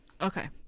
okay